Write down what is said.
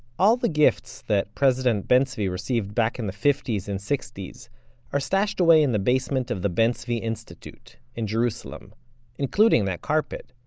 all the gifts that president ben zvi received back in the fifty s and sixty s are stashed away in the basement of the ben zvi institute in jerusalem including that carpet.